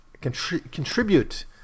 contribute